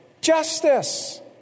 justice